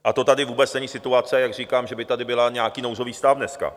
A to tady vůbec není situace, jak říkám, že by tady byl nějaký nouzový stav dneska.